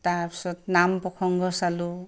তাৰপাছত নাম প্ৰসংগ চালোঁ